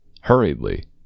hurriedly